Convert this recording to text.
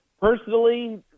personally